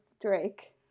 drake